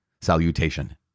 Salutation